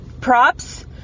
props